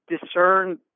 discern